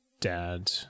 dad